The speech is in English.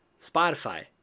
Spotify